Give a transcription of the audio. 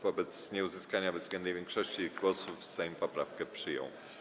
Wobec nieuzyskania bezwzględnej większości głosów Sejm poprawkę przyjął.